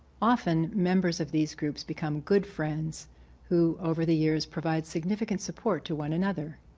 often members of these groups become good friends who over the years provide significant support to one another.